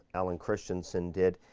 alan christianson did,